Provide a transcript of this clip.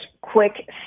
quick